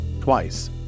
twice